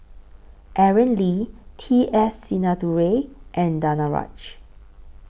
Aaron Lee T S Sinnathuray and Danaraj